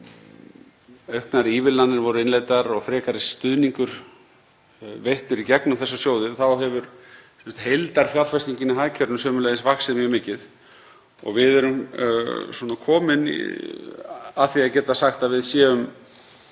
auknar ívilnanir voru innleiddar og frekari stuðningur veittur í gegnum þessa sjóði hefur heildarfjárfestingin í hagkerfinu sömuleiðis vaxið mjög mikið. Við erum komin að því að geta sagt að við séum